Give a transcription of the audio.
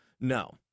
No